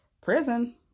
prison